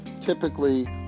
typically